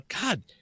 God